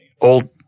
old